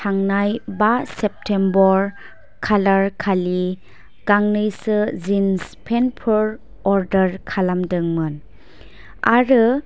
थांनाय बा सेप्टेम्ब'र खालारखालि गांनैसो जिन्स पेन्ट फोर अर्डार खालामदोंमोन आरो